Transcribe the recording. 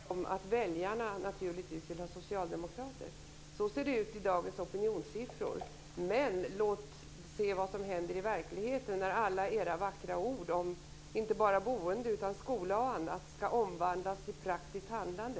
Herr talman! Anders Ygeman talar om att väljarna naturligtvis vill ha socialdemokrater. Så ser det ut med dagens opinionssiffror. Men låt oss se vad som händer i verkligheten när alla era vackra ord om inte bara boende utan också om skola och annat ska omvandlas till praktiskt handlande!